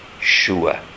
sure